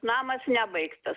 namas nebaigtas